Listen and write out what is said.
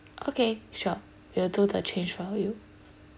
okay sure we'll do the change for you